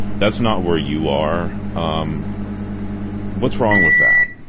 that's not where you are. um what's wrong with that?